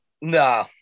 no